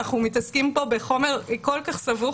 אנחנו מתעסקים פה בחומר כל כך סבוך,